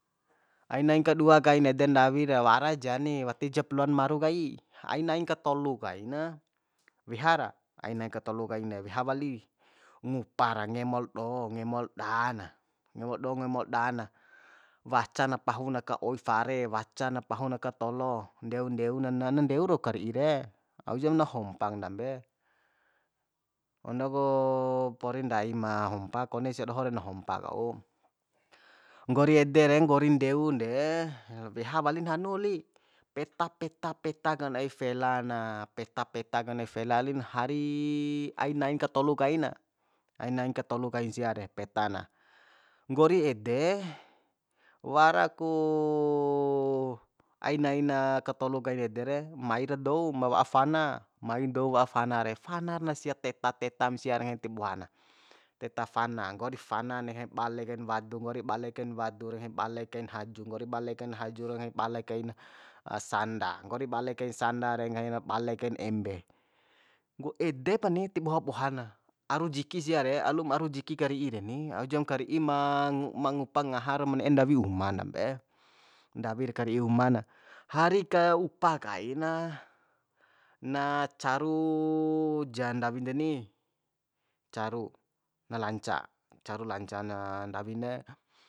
Ainain kadua kain ede ndawi ra wara ja ni watijap loan maru kai ainain ka tolu kaina weha ra ainain ka tolu kain re weha wai ngupa ra ngemol do ngemol da na ngemol do ngemol da na waca na pahu na aka oi fare waca na pahun ka tolo ndeu ndeu na na ndeu rau kari'i re aujam na hompa dambe ondo ku pori ndai ma hompa kone sia doho re na hompak wau nggori ede re nggori ndeun de weha walin hanu li peta peta peta kain oi fela na peta peta kain oi fela lin hari ainain ka tolu kaina ainain ka tolu kain sia re peta na nggori ede wara ku ainaina ka tolu kain ede re mai ra dou ma wa'a fana mai doum wa'a fana re fana na sia teta tetam siare ti boha na teta fana nggori fana nehe bale kain wadu nggori bale kain wadu de re ngahim bale kain haju nggori bale kain haju re ngahim bale kaina sanda nggori bale kain sanda re ngahina bale kain embe ede pani ti boha boha na aru jiki sia re alum aru jiki kari'i reni aujam ka ri'i ma ma ngupa ngahar ma ne'e ndawi uman dambe ndawi re kari'i uma na hari ka upa kaina na caru jan ndawin deni caru na lanca caru lanca na ndawin de